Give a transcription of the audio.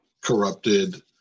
corrupted